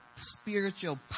spiritual